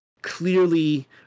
clearly